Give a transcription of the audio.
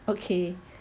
okay